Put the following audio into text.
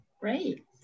Great